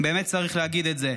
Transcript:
באמת צריך להגיד את זה.